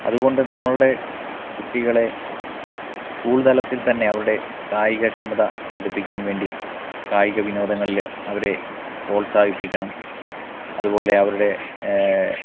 അതുകൊണ്ട് നമ്മളുടെ കുട്ടികളെ സ്കൂൾ തലത്തിൽ തന്നെ അവരുടെ കായിക ക്ഷമത വർദ്ധിപ്പിക്കാൻ വേണ്ടി കായിക വിനോദങ്ങളില് അവരെ പ്രോത്സാഹിപ്പിക്കണം അതുപോലെ അവരുടെ